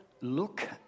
look